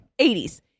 80s